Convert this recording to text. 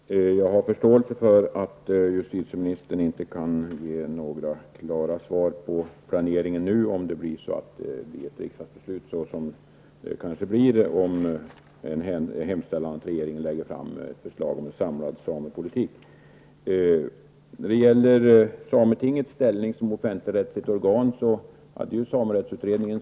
Herr talman! Jag har förståelse för att justitieministern inte nu kan ge några klara svar beträffande planeringen. Det kan ju bli ett riksdagsbeslut om det finns en hemställan till regeringen om att denna skall lägga fram förslag till en samlad samepolitik.